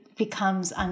becomes